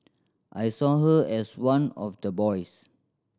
I saw her as one of the boys